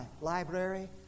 library